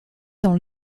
dans